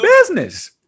Business